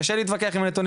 קשה להתווכח עם הנתונים